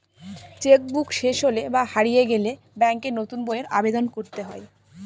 check book শেষ হলে বা হারিয়ে গেলে ব্যাঙ্কে নতুন বইয়ের আবেদন করতে হয়